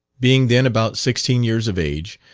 being then about sixteen years of age,